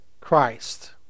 Christ